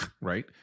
right